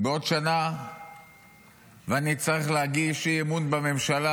בעוד שנה ואצטרך להגיש הצעת אי-אמון בממשלה